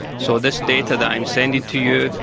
so this data that i'm sending to you,